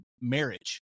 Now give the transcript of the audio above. marriage